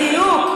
בדיוק.